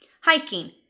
Hiking